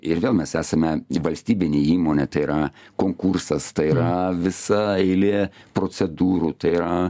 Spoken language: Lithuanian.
ir vėl mes esame valstybinė įmonė tai yra konkursas tai yra visa eilė procedūrų tai yra